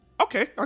okay